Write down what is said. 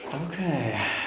Okay